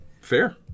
Fair